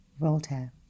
Voltaire